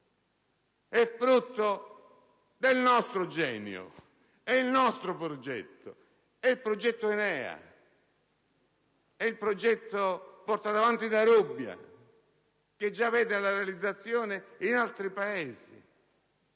è frutto del nostro genio, è il nostro progetto, è il progetto ENEA*,* è il progetto portato avanti dal professor Rubbia, che vedrà la sua realizzazione in altri Paesi.